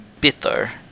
bitter